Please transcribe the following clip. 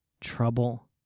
trouble